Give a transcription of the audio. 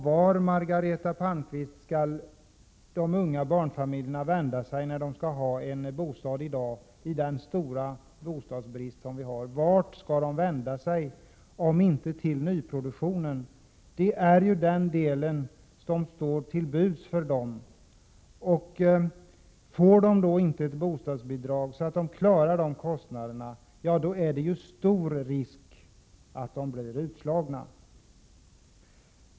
Vart, Margareta Palmqvist, skall de unga barnfamiljerna vända sig för att få en bostad, med den stora bostadsbrist som vi har, om inte till nyproduktionen? Det är ju denna som står dem till buds. Får de då inte ett bostadsbidrag, så att de kan klara kostnaderna, är risken stor att de blir utslagna.